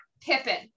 pippin